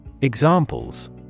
Examples